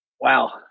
Wow